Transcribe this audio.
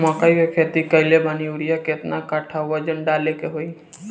मकई के खेती कैले बनी यूरिया केतना कट्ठावजन डाले के होई?